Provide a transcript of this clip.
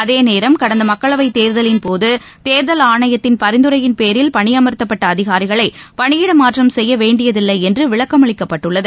அதே நேரம் கடந்த மக்களவை தேர்தலின்போது தேர்தல் ஆணையத்தின் பரிந்துரையின்பேரில் பணியமர்த்தப்பட்ட அதிகாரிகளை பணியிடமாற்றம் செய்ய வேண்டியதில்லை என்று விளக்கமளிக்கப்பட்டுள்ளது